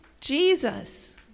Jesus